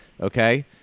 Okay